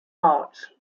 arch